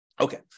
Okay